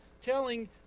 telling